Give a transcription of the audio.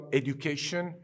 education